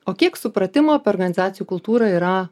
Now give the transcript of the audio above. o kiek supratimo apie organizacijų kultūrą yra